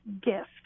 gift